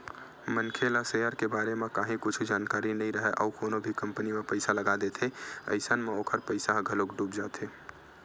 मनखे ला सेयर के बारे म काहि कुछु जानकारी नइ राहय अउ कोनो भी कंपनी म पइसा लगा देथे अइसन म ओखर पइसा ह घलोक डूब जाथे